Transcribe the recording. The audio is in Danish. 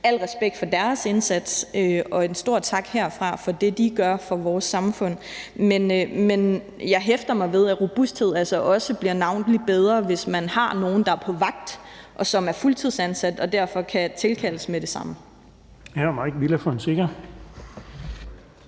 Al respekt for deres indsats, og en stor tak herfra for det, de gør for vores samfund, men jeg hæfter mig ved, at robusthed altså også bliver væsentlig bedre, hvis man har nogen, som er på vagt, og som er fuldtidsansat og derfor kan tilkaldes med det samme. Kl. 10:38 Den fg. formand